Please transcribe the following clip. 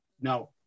No